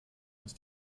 ist